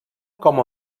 com